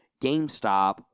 GameStop